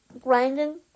grinding